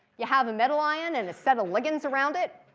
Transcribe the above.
you have a metal ion and a set of ligands around it.